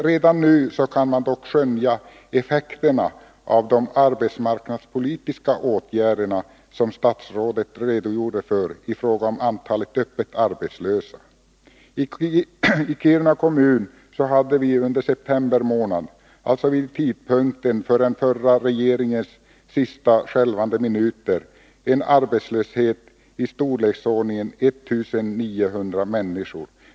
Redan nu kan vi dock skönja effekterna av de arbetsmarknadspolitiska åtgärderna på antalet öppet arbetslösa. I Kiruna kommun var i september månad, alltså under den förra regeringens sista skälvande minuter, drygt 1 900 människor arbetslösa.